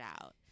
out